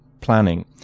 planning